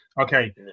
okay